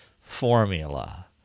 formula